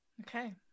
Okay